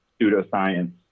pseudoscience